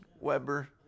Weber